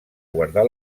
guardar